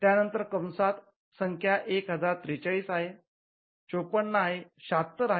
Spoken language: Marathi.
त्यानंतर कंसात संख्या १०४३ आहे ५४ ७६ या आहेत